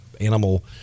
animal